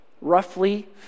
Roughly